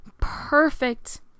perfect